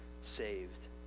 saved